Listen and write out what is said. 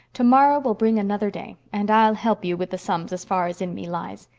tomorrow will bring another day and i'll help you with the sums as far as in me lies.